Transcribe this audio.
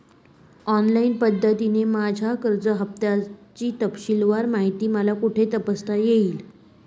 Online पद्धतीने माझ्या कर्ज हफ्त्याची तपशीलवार माहिती मला कुठे तपासता येईल?